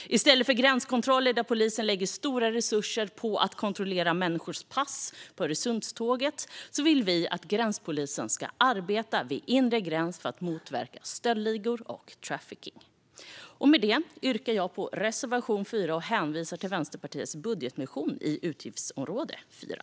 I stället för gränskontroller där polisen lägger stora resurser på att kontrollera människors pass på Öresundståget vill vi att gränspolisen ska arbeta vid inre gräns för att motverka stöldligor och trafficking. Med det yrkar jag bifall till reservation 4 och hänvisar till Vänsterpartiets budgetmotion för utgiftsområde 4.